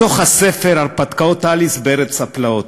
מתוך הספר "הרפתקאות עליסה בארץ הפלאות",